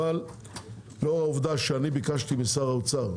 אבל לאור העובדה שביקשתי משר האוצר,